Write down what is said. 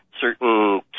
certain